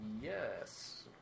yes